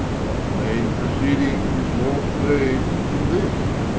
what plaine proceedings is more plain then this?